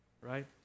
right